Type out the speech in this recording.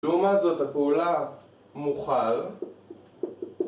לעומת זאת הפעולה מוכל